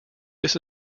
this